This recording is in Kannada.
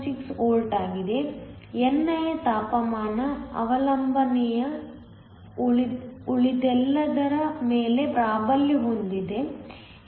6 ವೋಲ್ಟ್ ಆಗಿದೆ ni ಯ ತಾಪಮಾನ ಅವಲಂಬನೆಯು ಉಳಿದೆಲ್ಲದರ ಮೇಲೆ ಪ್ರಾಬಲ್ಯ ಹೊಂದಿದೆ ಎಂದು ಸಹ ಪ್ರಶ್ನೆ ಹೇಳುತ್ತದೆ